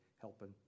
helping